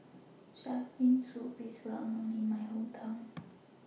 Shark's Fin Soup IS Well known in My Hometown